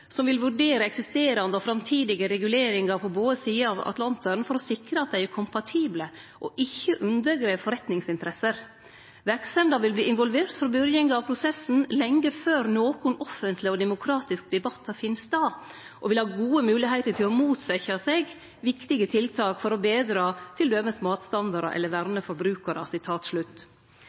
som vil vurdere eksisterande og framtidige reguleringar på både sider av Atlanteren for å sikre at dei er «kompatible» og ikkje undergrev forretningsinteresser. Verksemda vil bli involvert frå byrjinga av prosessen, lenge før nokon offentleg og demokratisk debatt finn stad, og vil ha gode moglegheiter til å motsetje seg viktige tiltak for å betre matstandardar eller verne